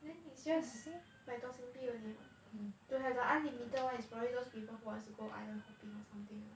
then it's just 百多新币 only want to have an unlimited one is probably those people who wants to go island hopping or something ah